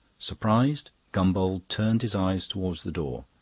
surprised, gombauld turned his eyes towards the door.